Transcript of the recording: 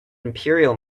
imperial